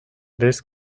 this